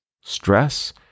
Stress